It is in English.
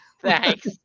Thanks